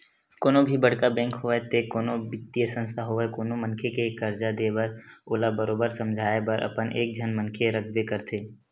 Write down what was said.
कोनो भी बड़का बेंक होवय ते कोनो बित्तीय संस्था होवय कोनो मनखे के करजा देय बर ओला बरोबर समझाए बर अपन एक झन मनखे रखबे करथे